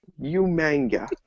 Umanga